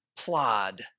plod